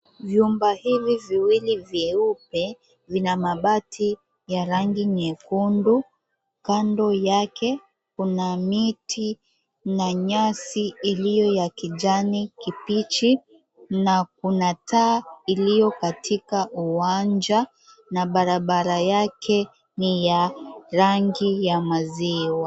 Viumba hivi viwili vyeupe vina mabati ya rangi nyekundu. Kando yake kuna miti na nyasi iliyo ya kijani kibichi, na kuna taa iliyokatika uwanja na barabara yake ni ya rangi ya maziwa.